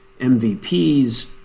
MVPs